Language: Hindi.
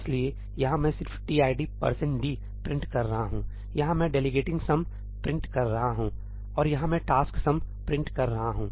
इसलिए यहां मैं सिर्फ 'tid percent d' प्रिंट कर रहा हूं यहां मैं डेलीगेटिंग सम'Delegating Sum' प्रिंट कर रहा हूं और यहां मैं टास्क सम 'Task Sum' प्रिंट कर रहा हूं